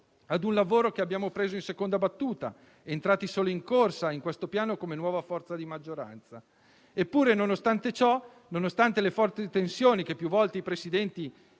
a un lavoro che abbiamo preso in seconda battuta, entrati solo in corsa in questo Piano come nuova forza di maggioranza. Eppure, nonostante le forti tensioni, che più volte i Presidenti